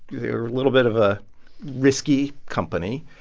they're a little bit of a risky company.